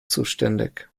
zuständig